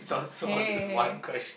hey